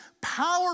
power